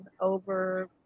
over